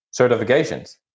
certifications